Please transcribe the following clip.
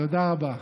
תודה רבה.